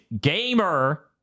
gamer